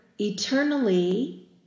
eternally